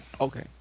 Okay